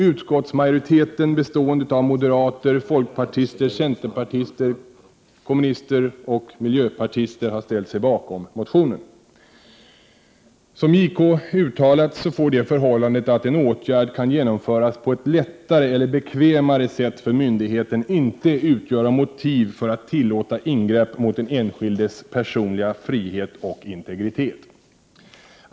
Utskottsmajoriteten, bestående av moderater, folkpartister, centerpartister, kommunister och miljöpartister, har ställt sig bakom motionen. Som JK uttalat får det förhållandet att en åtgärd kan genomföras på ett lättare eller bekvämare sätt för myndigheten inte utgöra motiv för att tillåta ingrepp mot den enskildes personliga frihet och integritet.